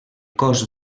cos